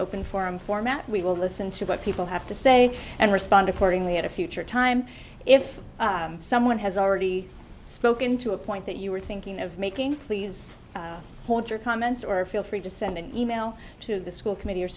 open forum format we will listen to what people have to say and respond accordingly at a future time if someone has already spoken to a point that you were thinking of making please hold your comments or feel free to send an e mail to the school committee or